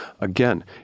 Again